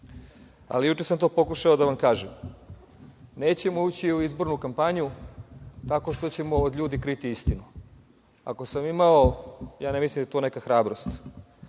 Juče sam to pokušao da vam kažem. Nećemo ući u izbornu kampanju tako što ćemo od ljudi kriti istinu. Ne mislim da je to neka hrabrost,